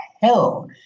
hell